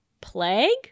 Plague